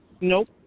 Nope